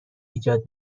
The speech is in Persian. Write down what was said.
ایجاد